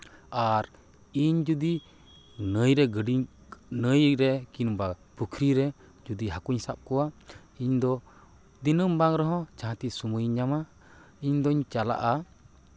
ᱟᱨ ᱤᱧ ᱡᱩᱫᱤ ᱱᱟᱹᱭᱨᱮ ᱜᱟᱹᱰᱤᱧ ᱱᱟᱹᱭᱨᱮ ᱠᱤᱢᱵᱟ ᱯᱩᱠᱷᱨᱤ ᱨᱮ ᱡᱩᱫᱤ ᱦᱟᱹᱠᱩᱧ ᱥᱟᱵ ᱠᱚᱣᱟ ᱤᱧ ᱫᱚ ᱫᱤᱱᱟᱹᱢ ᱵᱟᱝ ᱨᱮᱦᱚᱸ ᱡᱟᱦᱟᱸ ᱛᱤᱥ ᱥᱚᱢᱚᱭᱤᱧ ᱧᱟᱢᱟ ᱤᱧ ᱫᱚᱧ ᱪᱟᱞᱟᱜᱼᱟ